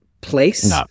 place